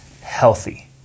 healthy